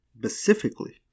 specifically